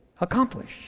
accomplish